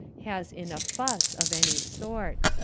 has in a fuss of any sort.